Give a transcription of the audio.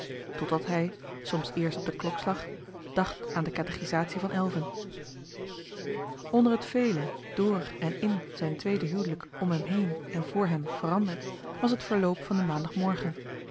totdat hij soms eerst op den klokslag dacht aan de katechisatie van elven onder het vele door en in zijn tweede huwelijk om hem heen en voor hem veranderd was het verloop van den maandagmorgen